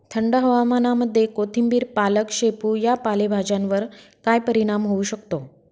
थंड हवामानामध्ये कोथिंबिर, पालक, शेपू या पालेभाज्यांवर काय परिणाम होऊ शकतो?